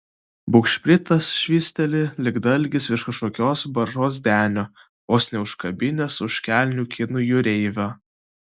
bugšpritas švysteli lyg dalgis virš kažkokios baržos denio vos neužkabinęs už kelnių kinų jūreivio